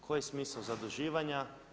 Koji je smisao zaduživanja?